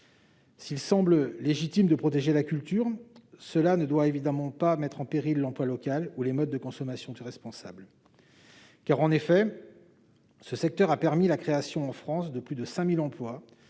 S'il semble légitime de protéger la culture, cela ne doit évidemment pas mettre en péril l'emploi local ou les modes de consommation responsable. En effet, l'économie circulaire a permis la création en France de plus de 5 000 emplois,